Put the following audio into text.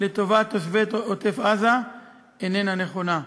לטובת תושבי עוטף-עזה איננה נכונה,